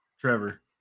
Trevor